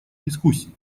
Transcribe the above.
дискуссии